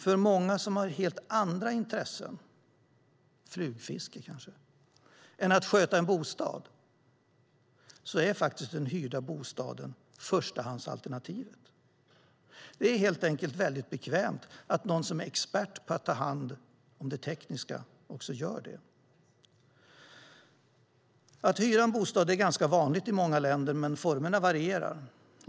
För många som har helt andra intressen, flugfiske kanske, än att sköta om en bostad är den hyrda bostaden förstahandsalternativet. Det är helt enkelt väldigt bekvämt att någon som är expert tar hand om allt det tekniska. Att hyra en bostad är ganska vanligt i många länder, men formerna varierar.